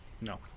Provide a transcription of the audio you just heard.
No